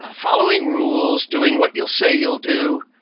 ah following rules, doing what you'll say you'll do.